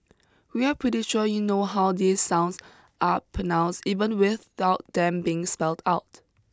we are pretty sure you know how these sounds are pronounced even without them being spelled out